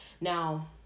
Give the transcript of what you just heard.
Now